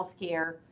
healthcare